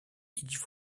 each